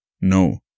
No